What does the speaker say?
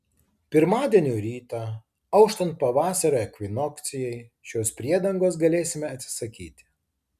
pirmadienio rytą auštant pavasario ekvinokcijai šios priedangos galėsime atsisakyti